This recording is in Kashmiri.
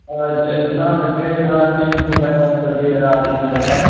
آ جِناب اَسہِ کَرے راتھ ٹینگ پوٗر باے پاسس پٮ۪ٹھ گٔے راتھ اِنسِڈنٛٹ اَکھ